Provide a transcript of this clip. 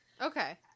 Okay